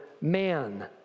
man